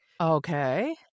Okay